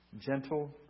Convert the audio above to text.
gentle